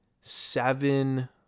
seven